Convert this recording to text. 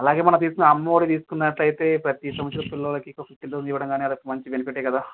అలాగే మనం తీసుకున్న అమ్మఒడి తీసుకున్నట్లు అయితే ప్రతి సంవత్సరం పిల్లలకి ఒక ఫిఫ్టీన్ థౌజండ్ ఇవ్వడం కానీ అదొక మంచి బెనిఫిట్టే కదా